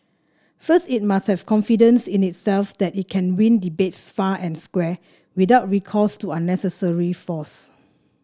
first it must have confidence in itself that it can win debates fair and square without recourse to unnecessary force